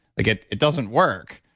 like it it doesn't work.